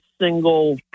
single